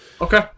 Okay